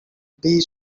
bee